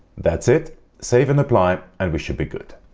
that's it save and apply and we should be good.